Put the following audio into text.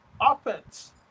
offense